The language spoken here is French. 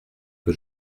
que